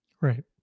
Right